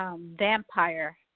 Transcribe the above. vampire